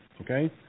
okay